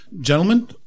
Gentlemen